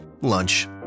Lunch